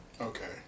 Okay